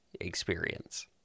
experience